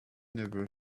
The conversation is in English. never